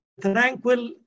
tranquil